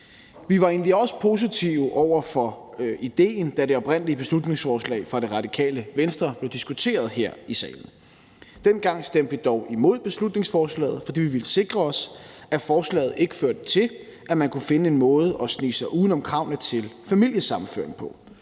Vi var egentlig også positive over for idéen, da det oprindelige beslutningsforslag fra Radikale Venstre blev diskuteret her i salen. Dengang stemte vi dog imod beslutningsforslaget, fordi vi ville sikre os, at forslaget ikke førte til, at man kunne finde en måde at snige sig uden om kravene til familiesammenføring på,